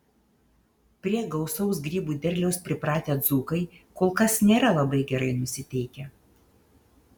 prie gausaus grybų derliaus pripratę dzūkai kol kas nėra labai gerai nusiteikę